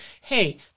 hey